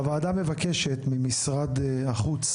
1. הוועדה מבקשת ממשרד החוץ